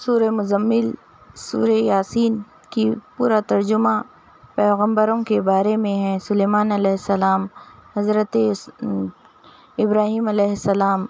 سورہ مزل سورہ یٰسن کی پورا ترجمہ پیغمبروں کے بارے میں ہے سلیمان علیہ السّلام حضرت اس ابراہیم علیہ السّلام